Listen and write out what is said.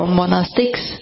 monastics